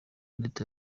leta